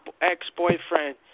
ex-boyfriend